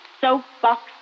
soapbox